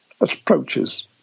approaches